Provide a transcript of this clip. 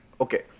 Okay